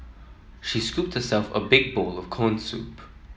she scooped herself a big bowl of corn soup